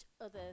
others